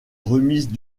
remise